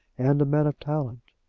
and a man of talent.